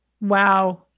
Wow